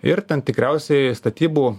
ir ten tikriausiai statybų